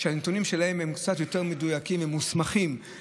שהנתונים שלהם קצת יותר מדויקים ומוסמכים,